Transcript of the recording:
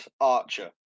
Archer